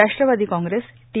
Rashtrawadi Congress T